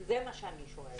זה מה שאני שואלת.